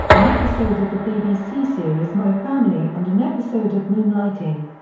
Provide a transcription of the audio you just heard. an episode of the bbc series my family and an episode of moonlighting.